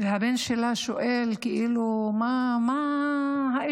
והבן שלה שואל מה העניין?